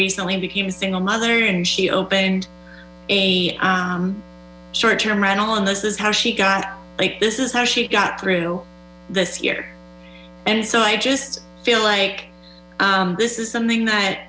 recently became a single mother and she opened a short term rental and this is how she got this is how she got through this year and so i just feel like this is something that